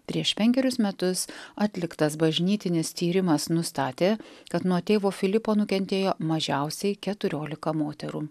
prieš penkerius metus atliktas bažnytinis tyrimas nustatė kad nuo tėvo filipo nukentėjo mažiausiai keturiolika moterų